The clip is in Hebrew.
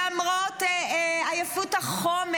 למרות עייפות החומר.